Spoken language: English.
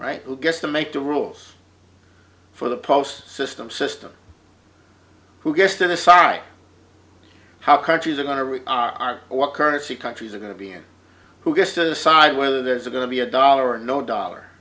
right who gets to make the rules for the post system system who gets to decide how countries are going to are what currency countries are going to be and who goes to the side whether there's going to be a dollar or no dollar